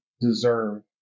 deserve